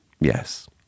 Yes